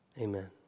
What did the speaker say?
amen